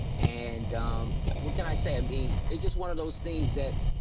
and what can i say, i'm being, it's just one of those things that,